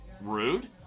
rude